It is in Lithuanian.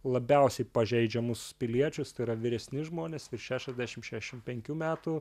labiausiai pažeidžiamus piliečius tai yra vyresni žmonės virš šešiasdešim šešim penkių metų